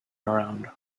around